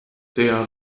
der